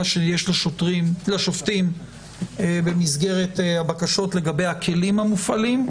שיש לשופטים במסגרת הבקשות לגבי הכלים המופעלים,